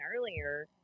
earlier